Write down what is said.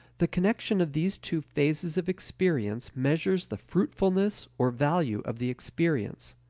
the connection of these two phases of experience measures the fruitfulness or value of the experience.